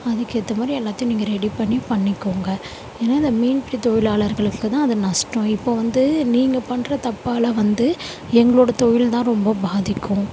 அதுக்கேற்றமாரி எல்லாத்தையும் நீங்கள் ரெடி பண்ணி பண்ணிக்கோங்கள் ஏன்னா இந்த மீன்பிடி தொழிலாளர்களுக்குதான் அது நஷ்டம் இப்போது வந்து நீங்கள் பண்ணுற தப்பால் வந்து எங்களோடய தொழில் தான் ரொம்ப பாதிக்கும்